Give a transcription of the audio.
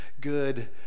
good